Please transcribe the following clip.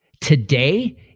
Today